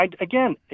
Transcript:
again